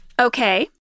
Okay